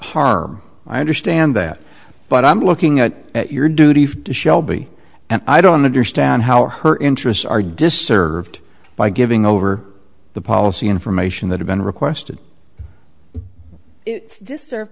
harm i understand that but i'm looking at your duty for shelby and i don't understand how her interests are disserved by giving over the policy information that have been requested just s